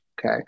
Okay